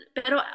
pero